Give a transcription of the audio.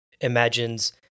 imagines